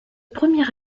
premier